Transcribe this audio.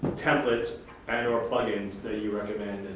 templates and or plugins that you recommend